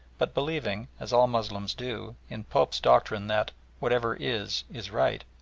but believing, as all moslems do, in pope's doctrine that whatever is, is right,